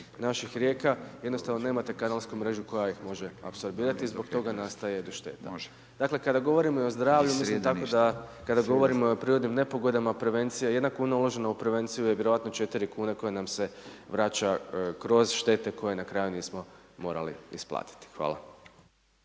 naših rijeka jednostavno nemate kanalsku mrežu koja ih može apsorbirati i zbog toga nastaje šteta. Dakle kada govorimo i o zdravlju mislim tako da kada govorimo i o prirodnim nepogodama prevencija, 1 kuna uložena u prevenciju je vjerojatno 4 kune koje nam se vraća kroz štete koje na kraju nismo morali isplatiti. Hvala.